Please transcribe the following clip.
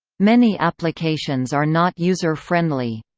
many applications are not user-friendly.